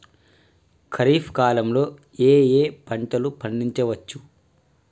ఖరీఫ్ కాలంలో ఏ ఏ పంటలు పండించచ్చు?